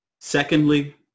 Secondly